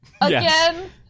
again